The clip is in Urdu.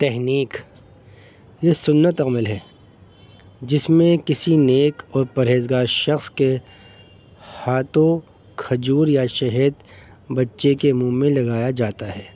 تحنیک یہ سنت عمل ہے جس میں کسی نیک اور پرہیزگار شخص کے ہاتھوں کھجور یا شہد بچے کے منہ میں لگایا جاتا ہے